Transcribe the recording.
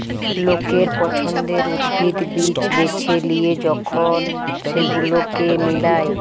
লোকের পছন্দের উদ্ভিদ, বীজ বেছে লিয়ে যখন সেগুলোকে মিলায়